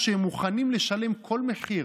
אין מה לדאוג.